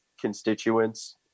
constituents